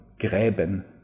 gräben